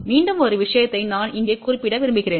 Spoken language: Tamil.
மீண்டும் ஒரு விஷயத்தை நான் இங்கே குறிப்பிட விரும்புகிறேன்